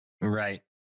Right